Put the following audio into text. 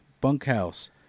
bunkhouse